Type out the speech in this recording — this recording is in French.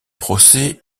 procès